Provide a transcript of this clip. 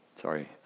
Sorry